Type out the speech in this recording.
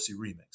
remix